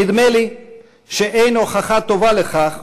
נדמה לי שאין הוכחה טובה לכך,